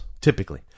typically